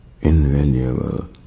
invaluable